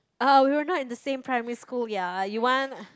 ah we were not in the same primary school ya you want